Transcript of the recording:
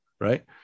Right